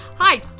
Hi